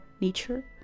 nature